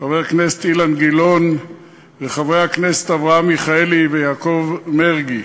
חבר הכנסת אילן גילאון וחברי הכנסת אברהם מיכאלי ויעקב מרגי,